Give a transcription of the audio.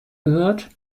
gehört